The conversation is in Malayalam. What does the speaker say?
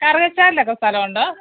കറുകച്ചാലിലൊക്ക സ്ഥലമുണ്ടോ